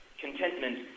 Contentment